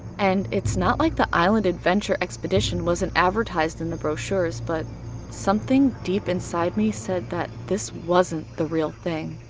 and it's not like the island adventure expedition wasn't advertised in the brochures. but something deep inside me said that this wasn't the real thing.